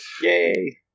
Yay